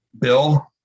Bill